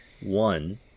one